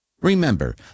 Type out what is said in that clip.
Remember